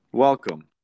welcome